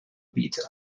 vitae